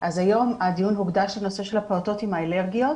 אז היום הדיון הוקדש לנושא הפעוטות עם האלרגיות,